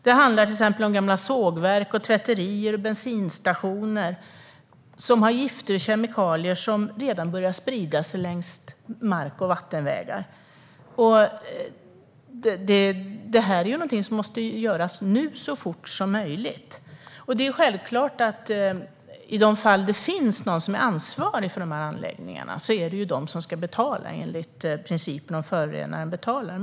Det är gamla sågverk, tvätterier och bensinstationer vars gifter redan har börjat sprida sig i mark och vattenvägar, så detta måste göras så fort som möjligt. I de fall det finns någon som är ansvarig för dessa anläggningar är det självklart att de ska betala enligt principen om att förorenaren betalar.